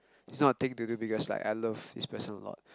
it's not a thing to do because like I love this person a lot